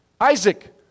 Isaac